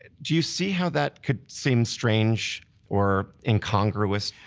ah do you see how that could seem strange or incongruous?